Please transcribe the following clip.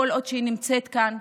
כל עוד היא נמצאת כאן,